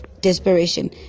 desperation